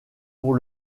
pour